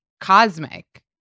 cosmic